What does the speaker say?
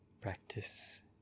Practice